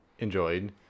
enjoyed